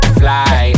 fly